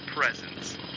presence